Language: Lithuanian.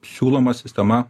siūloma sistema